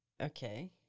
Okay